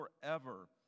forever